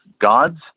God's